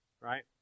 right